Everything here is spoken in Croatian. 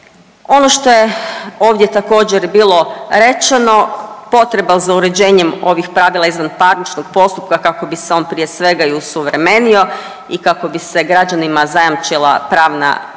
Ono što je ovdje također bilo rečeno potreba za uređenjem ovih pravila izvanparničnog postupka kako bi se on prije svega i osuvremenio i kako bi se građanima zajamčila pravna, kvalitetna